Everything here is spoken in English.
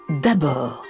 d'abord